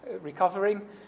Recovering